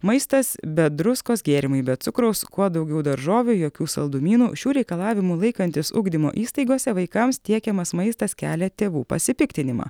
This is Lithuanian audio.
maistas be druskos gėrimai be cukraus kuo daugiau daržovių jokių saldumynų šių reikalavimų laikantis ugdymo įstaigose vaikams tiekiamas maistas kelia tėvų pasipiktinimą